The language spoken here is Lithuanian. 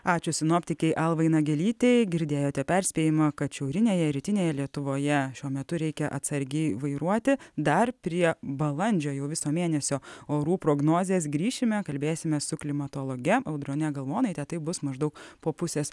ačiū sinoptikei almai nagelytei girdėjote perspėjimą kad šiaurinėje rytinėje lietuvoje šiuo metu reikia atsargiai vairuoti dar prie balandžio jau viso mėnesio orų prognozės grįšime kalbėsime su klimatologe audrone galvonaite taip bus maždaug po pusės